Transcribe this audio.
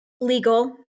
legal